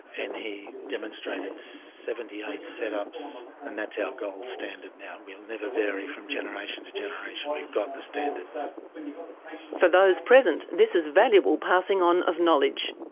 and he demonstrated seventy eight set-ups, and that's our gold standard now. we um never vary from generation to generation. we've got the standard. for those present, this is valuable passing on of knowledge.